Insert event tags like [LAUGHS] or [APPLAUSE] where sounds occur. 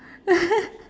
[LAUGHS]